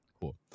cool